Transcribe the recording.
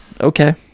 Okay